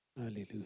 hallelujah